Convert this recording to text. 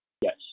Yes